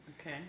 Okay